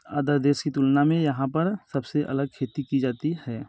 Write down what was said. other देश की तुलना में यहाँ पर सब से अलग खेती की जाती है